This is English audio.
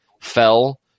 fell